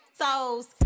souls